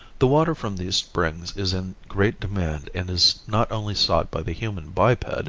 the water from these springs is in great demand and is not only sought by the human biped,